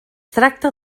tracta